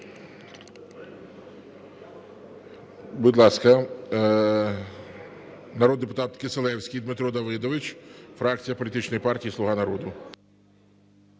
Будь ласка, народний депутат Кисилевський Дмитро Давидович, фракція політичної партії "Слуга народу".